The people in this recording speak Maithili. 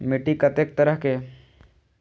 मिट्टी कतेक तरह के?